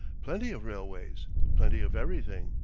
plenty of railways plenty of everything,